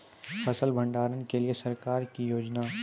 फसल भंडारण के लिए सरकार की योजना?